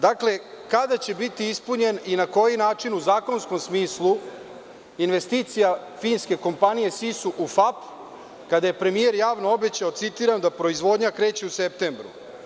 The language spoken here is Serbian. Dakle, kada će biti ispunjena i na koji način u zakonskom smislu investicija finske kompanije SISU uFAP, kada je premijer javno obećao, citiram – da proizvodnja kreće u septembru?